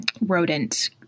rodent